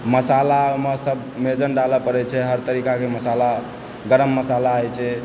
मशालामे सब मेजन डालऽ पड़य छै हर तरीकाकेँ मशाला गरम मशाला जे छै